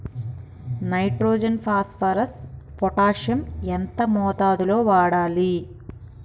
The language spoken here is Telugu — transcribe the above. నైట్రోజన్ ఫాస్ఫరస్ పొటాషియం ఎంత మోతాదు లో వాడాలి?